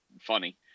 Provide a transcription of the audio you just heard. funny